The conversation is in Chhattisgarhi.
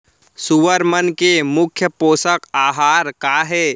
सुअर मन के मुख्य पोसक आहार का हे?